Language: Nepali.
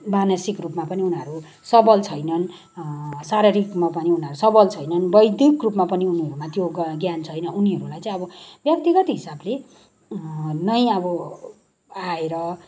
मानसिक रूपमा पनि उनीहरू सबल छैनन् शारीरिक रूपमा पनि उनीहरू सबल छैनन् बौद्धिक रूपमा पनि उनीहरूमा त्यो ज्ञान छैन उनीहरूलाई चाहिँ अब व्यक्तिगत हिसाबले नै अब आएर